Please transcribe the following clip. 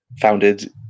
founded